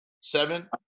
Seven